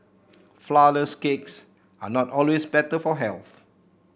flourless cakes are not always better for health